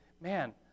man